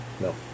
No